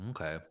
Okay